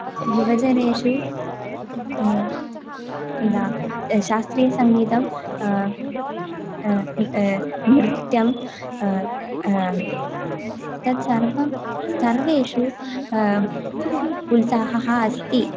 युवजनेषु दा शास्त्रीयसङ्गीतं नृत्यं तत्सर्वं सर्वेषु उत्साहः अस्ति